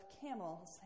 camel's